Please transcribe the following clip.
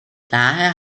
daher